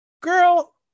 Girl